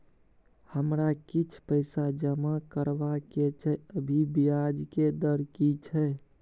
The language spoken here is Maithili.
हमरा किछ पैसा जमा करबा के छै, अभी ब्याज के दर की छै?